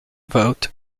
vote